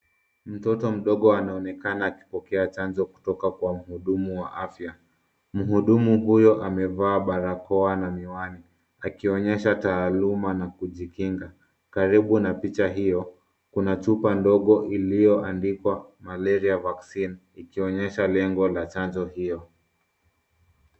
Mtoto mdogo anaonekana akipokea chanjo kutoka kwa mhudumu wa afya. Mhudumu huyo amevaa barakoa na miwani akionyesha taaluma na kujikinga. Karibu na picha hiyo, kuna chupa ndogo iliyoandikwa Malaria Vaccine ikionyesha lengo la chanjo hiyo.